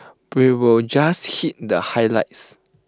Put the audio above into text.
we will just hit the highlights